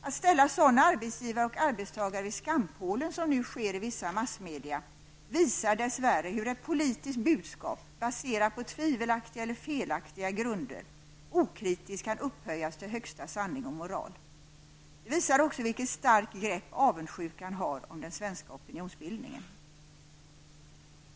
Att ställa sådana arbetsgivare och arbetstagare vid skampålen som nu sker i vissa massmedia, visar dess värre hur ett politiskt budskap baserat på tvivelaktiga eller felaktiga grunder okritiskt kan upphöjas till högsta sanning och moral. Det visar också vilket starkt grepp avundsjukan har om den svenska opinionsbildningen.